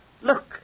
Look